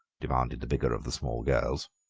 demanded the bigger of the small girls.